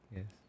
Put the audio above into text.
Yes